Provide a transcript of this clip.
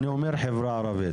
אני אומר חברה ערבית.